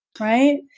Right